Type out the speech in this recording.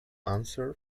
answer